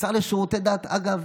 השר לשירותי דת, אגב,